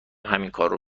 همینکارو